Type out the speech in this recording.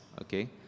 okay